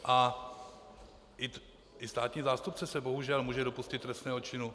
A i státní zástupce se bohužel může dopustit trestného činu.